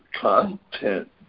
content